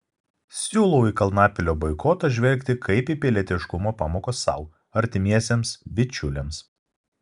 siūlau į kalnapilio boikotą žvelgti kaip į pilietiškumo pamoką sau artimiesiems bičiuliams